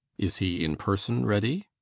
is he in person, ready?